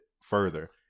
further